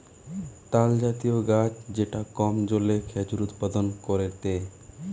তালজাতীয় গাছ যেটা কম জলে খেজুর উৎপাদন করেটে